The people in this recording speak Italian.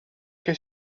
che